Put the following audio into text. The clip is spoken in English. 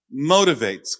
motivates